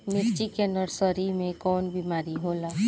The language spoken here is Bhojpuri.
मिर्च के नर्सरी मे कवन बीमारी होला?